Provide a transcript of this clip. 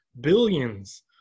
billions